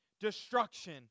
destruction